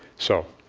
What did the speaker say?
so,